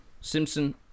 Simpson